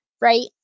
right